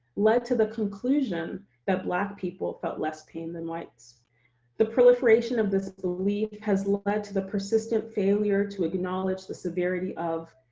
led to the conclusion that black people felt less pain than whites the proliferation of this belief has led to the persistent failure to acknowledge the severity of,